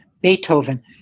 Beethoven